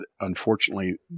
unfortunately